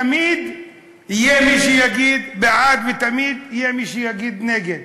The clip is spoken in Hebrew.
תמיד יהיה מי שיגיד בעד ותמיד יהיה מי שיגיד נגד.